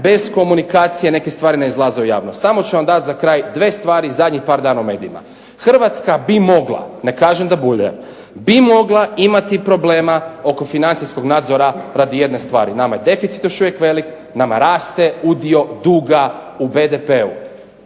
bez komunikacije neke stvari ne izlaze u javnost. Samo ću vam dati za kraj 2 stvari zadnjih par dana u medijima. Hrvatska bi mogla, ne kažem da bude, bi mogla imati problema oko financijskog nadzora radi jedne stvari. Nama je deficit još uvijek velik, nama raste udio duga u BDP-u.